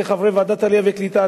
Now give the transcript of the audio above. כחברי ועדת העלייה והקליטה,